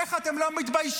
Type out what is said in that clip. איך אתם לא מתביישים?